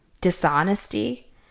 dishonesty